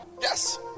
Yes